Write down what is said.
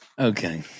Okay